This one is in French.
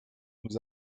nous